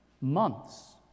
months